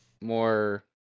more